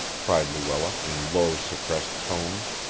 cried luella in low suppressed tones,